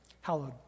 hallowed